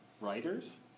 writers